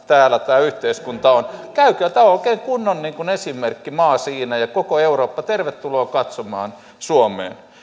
täällä tämä yhteiskunta on tämä on oikein kunnon esimerkkimaa siinä ja tervetuloa koko eurooppa katsomaan suomeen